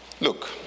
Look